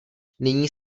nyní